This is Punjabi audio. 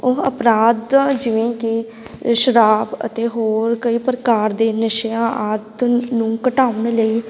ਉਹ ਅਪਰਾਧ ਜਿਵੇਂ ਕਿ ਸ਼ਰਾਬ ਅਤੇ ਹੋਰ ਕਈ ਪ੍ਰਕਾਰ ਦੇ ਨਸ਼ਿਆਂ ਆਦਿ ਨੂੰ ਘਟਾਉਣ ਲਈ